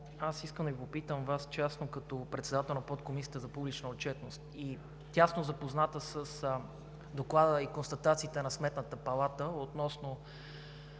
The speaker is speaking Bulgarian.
Искам да Ви попитам, като председател на Подкомисията за публична отчетност и тясно запозната с Доклада и констатациите на Сметната палата и на